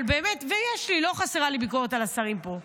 יש לי, לא חסרה לי ביקורת על השרים פה.